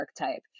archetype